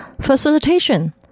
facilitation